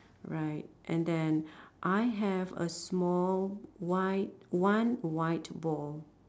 right and then I have a small white one white ball